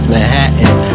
Manhattan